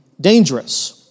dangerous